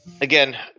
again